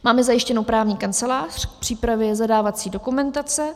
Máme zajištěnu právní kancelář k přípravě zadávací dokumentace.